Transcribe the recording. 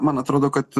man atrodo kad